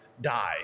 die